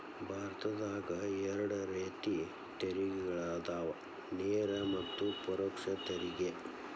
ಭಾರತದಾಗ ಎರಡ ರೇತಿ ತೆರಿಗೆಗಳದಾವ ನೇರ ಮತ್ತ ಪರೋಕ್ಷ ತೆರಿಗೆ